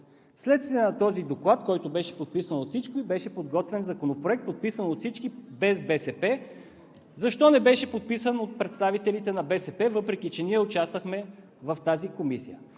Вследствие на този доклад, който беше подписан от всички, беше подготвен законопроект, подписан от всички без БСП. Защо не беше подписан от представителите от БСП, въпреки че ние участвахме в тази комисия?